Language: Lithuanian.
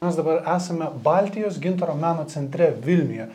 mes dabar esame baltijos gintaro meno centre vilniuje